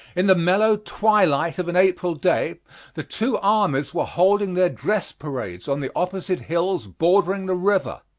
in the mellow twilight of an april day the two armies were holding their dress parades on the opposite hills bordering the river.